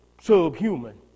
subhuman